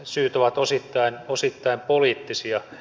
syyt ovat osittain poliittisia